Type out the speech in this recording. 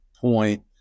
point